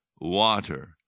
water